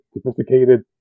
sophisticated